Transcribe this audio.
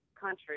country